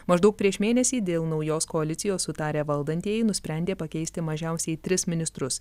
maždaug prieš mėnesį dėl naujos koalicijos sutarę valdantieji nusprendė pakeisti mažiausiai tris ministrus